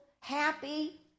happy